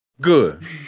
Good